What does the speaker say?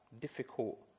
difficult